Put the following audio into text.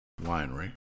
Winery